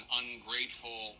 ungrateful